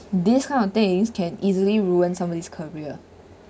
these kind of things can easily ruin somebody's career